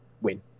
win